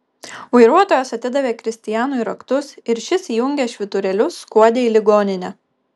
vairuotojas atidavė kristianui raktus ir šis įjungęs švyturėlius skuodė į ligoninę